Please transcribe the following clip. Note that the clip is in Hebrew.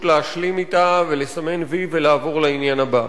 להשלים אתה ולסמן "וי" ולעבור לעניין הבא.